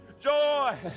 joy